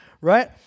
right